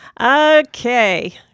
Okay